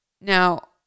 Now